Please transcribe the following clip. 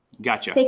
gotcha.